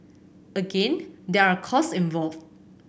again there are costs involved